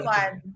one